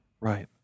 Right